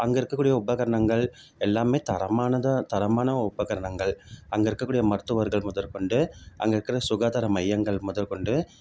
அங்கே இருக்கக்கூடிய உபகரணகள் எல்லாமே தரமானதாக தரமான உபகரணகள் அங்கே இருக்கக்கூடிய மருத்துவர்கள் முதற்கொண்டு அங்கே இருக்கிற சுகாதார மையங்கள் முதற்கொண்டு